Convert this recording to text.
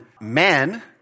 men